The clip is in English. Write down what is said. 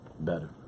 better